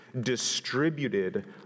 distributed